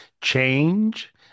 change